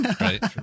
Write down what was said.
right